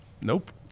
Nope